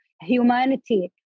humanity